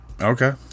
okay